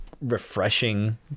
refreshing